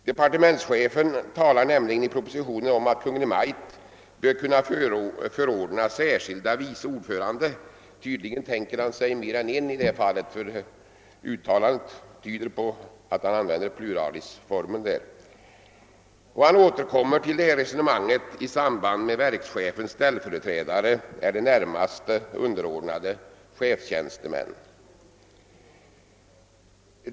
Departementschefen talar nämligen i propositionen om att Kungl. Maj:t bör kunna förordna särskilda vice ordförande; uttalandet tyder på att det gäller pluralform. Han återkommer till detta resonemang när det gäller verkschefens ställföreträdare eller närmaste underordnade chefstjänstemän.